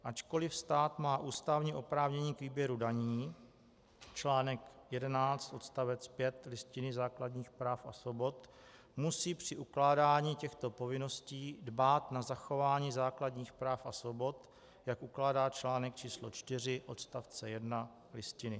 Ačkoliv stát má ústavní oprávnění k výběru daní, článek 11 odst. 5 Listiny základních práv a svobod, musí při ukládání těchto povinností dbát na zachování základních práv a svobod, jak ukládá článek 4 odst. 1 Listiny.